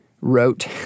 wrote